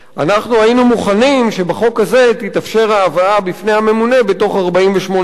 אנחנו היינו מוכנים שבחוק הזה תתאפשר העברה בפני הממונה בתוך 48 שעות,